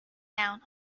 down